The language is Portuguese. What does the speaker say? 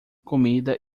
comida